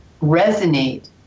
resonate